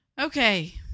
okay